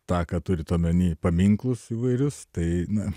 tą ką turit omeny paminklus įvairius tai na